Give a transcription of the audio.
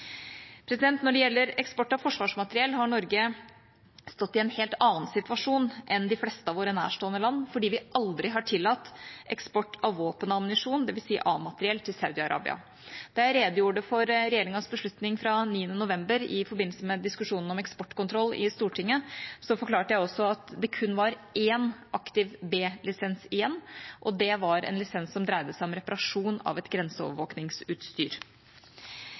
bidra. Når det gjelder eksport av forsvarsmateriell, har Norge stått i en helt annen situasjon enn de fleste av våre nærstående land fordi vi aldri har tillatt eksport av våpen og ammunisjon, dvs. A-materiell, til Saudi-Arabia. Da jeg redegjorde for regjeringas beslutning fra 9. november i forbindelse med diskusjonen om eksportkontroll i Stortinget, forklarte jeg også at det kun var én aktiv B-lisens igjen, og det var en lisens som dreide seg om reparasjon av